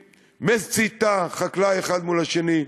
מסיתה חקלאי אחד נגד השני,